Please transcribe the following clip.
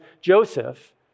Joseph